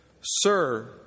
Sir